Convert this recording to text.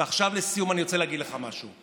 ועכשיו, לסיום, אני רוצה להגיד לך משהו.